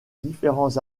différents